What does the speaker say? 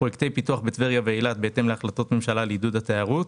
פרויקטי פיתוח בטבריה ואילת בהתאם להחלטות ממשלה לעידוד התיירות.